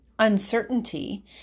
uncertainty